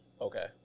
Okay